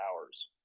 hours